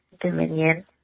Dominion